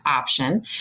option